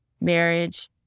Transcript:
marriage